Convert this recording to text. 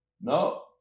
No